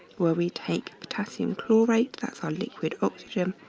where we take potassium chlorate, that's our liquid oxygen,